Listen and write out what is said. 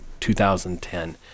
2010